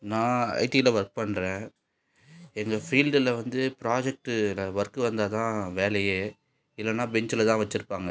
நான் ஐடியில் ஒர்க் பண்ணுறேன் எங்கள் ஃபீல்டில் வந்து ப்ராஜெக்ட்டில் ஒர்க் வந்தால் தான் வேலையே இல்லைன்னா பெஞ்சில் தான் வச்சுருப்பாங்க